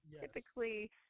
typically –